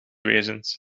wezens